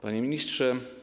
Panie Ministrze!